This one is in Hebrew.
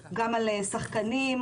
שחקנים,